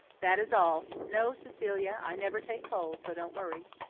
that is all. no, cecilia, i never take cold, so don't worry.